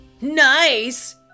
Nice